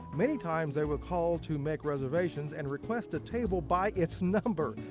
many times they will call to make reservations and request a table by its number.